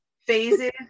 Phases